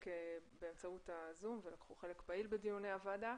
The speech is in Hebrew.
באמצעות ה-זום ולקחו חלק פעיל בדיוני הוועדה.